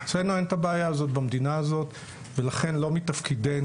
אצלנו אין את הבעיה הזאת במדינה הזאת ולכן לא מתפקדנו,